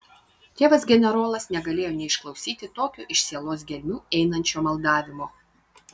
tėvas generolas negalėjo neišklausyti tokio iš sielos gelmių einančio maldavimo